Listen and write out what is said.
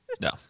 No